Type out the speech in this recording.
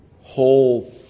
whole